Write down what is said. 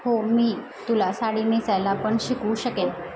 हो मी तुला साडी नेसायला पण शिकवू शकेन